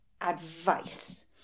advice